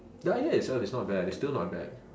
the idea itself is not bad it's still not bad